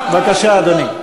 בבקשה, אדוני.